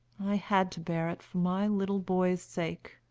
i had to bear it for my little boy's sake.